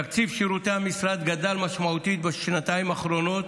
תקציב שירותי המשרד גדל משמעותית בשנתיים האחרונות,